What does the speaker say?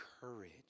courage